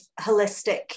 holistic